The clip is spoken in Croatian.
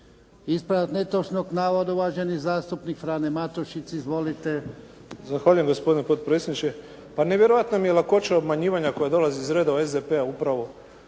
Ispravak netočnog navoda, uvaženi zastupnik Frane Matušić. Izvolite. **Matušić, Frano (HDZ)** Zahvaljujem gospodine potpredsjedniče. Pa nevjerojatna je lakoća obmanjivanja koja dolazi iz redova SDP-a upravo